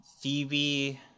Phoebe